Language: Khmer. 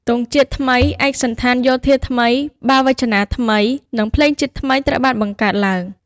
ទង់ជាតិថ្មី ឯកសណ្ឋានយោធាថ្មី បាវចនាថ្មី និងភ្លេងជាតិថ្មី ត្រូវបានបង្កើតឡើង។